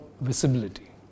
visibility